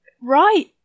Right